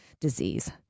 disease